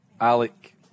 Alec